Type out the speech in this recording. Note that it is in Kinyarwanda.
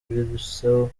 biruseho